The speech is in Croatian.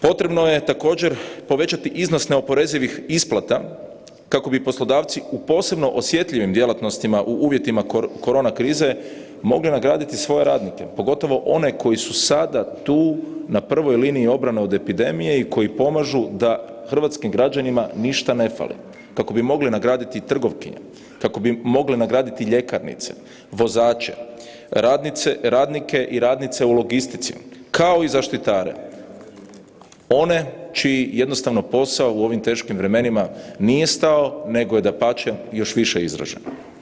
Potrebno je također povećati iznos neoporezivih isplata kako bi poslodavci u posebno osjetljivim djelatnostima u uvjetima korona krize mogli nagraditi svoje radnike, pogotovo oni koji su sada tu na prvoj liniji obrane od epidemije i koji pomažu da hrvatskim građanima ništa ne fali, kako bi mogli nagraditi trgovkinje, kako bi mogli nagraditi ljekarnice, vozače, radnike i radnice u logistici, kao i zaštitare, one čiji jednostavno posao u ovim teškim vremenima nije stao nego je dapače još više izražen.